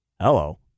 Hello